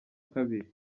kabiri